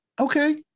Okay